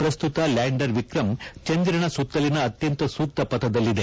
ಪ್ರಸ್ತುತ ಲ್ಯಾಂಡರ್ ವಿಕ್ರಂ ಚಂದಿರನ ಸುತ್ತಲಿನ ಅತ್ಯಂತ ಸೂಕ್ತ ಪಥದಲ್ಲಿದೆ